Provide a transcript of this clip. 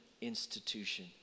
institution